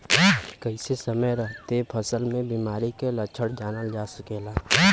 कइसे समय रहते फसल में बिमारी के लक्षण जानल जा सकेला?